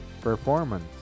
performance